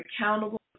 accountable